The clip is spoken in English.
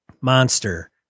monster